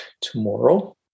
tomorrow